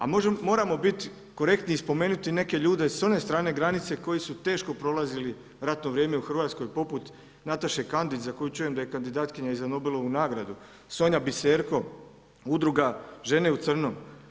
A moramo biti korektni i spomenuti neke ljude s one strane granice koji su teško prolazili ratno vrijeme u Hrvatskoj poput Nataše Kandić, za koju čujem da je kandidatkinja i za Nobelovu nagradu, Sonja Biserko udruga Žene u crnom.